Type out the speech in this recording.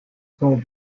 son